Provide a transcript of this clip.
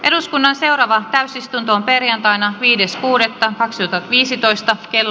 eduskunnan seuraavaan täysistuntoon perjantaina viides kuudetta tytöt viisitoista bill